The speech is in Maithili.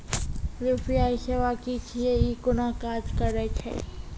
यु.पी.आई सेवा की छियै? ई कूना काज करै छै?